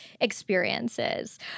experiences